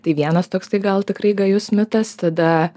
tai vienas toksai gal tikrai gajus mitas tada